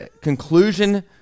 conclusion